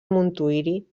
montuïri